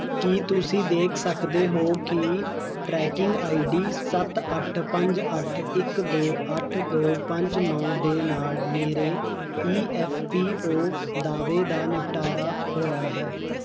ਕੀ ਤੁਸੀਂ ਦੇਖ ਸਕਦੇ ਹੋ ਕਿ ਟਰੈਕਿੰਗ ਆਈ ਡੀ ਸੱਤ ਅੱਠ ਪੰਜ ਅੱਠ ਇੱਕ ਦੋ ਅੱਠ ਦੋ ਪੰਜ ਨੌ ਦੇ ਨਾਲ ਮੇਰੇ ਈ ਐੱਫ ਪੀ ਓ ਦਾਅਵੇ ਦਾ ਨਿਪਟਾਰਾ ਹੋਇਆ ਹੈ